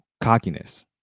cockiness